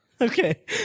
Okay